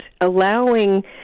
allowing